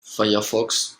firefox